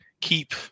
keep